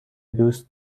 دوست